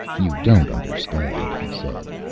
you don't understand, he said.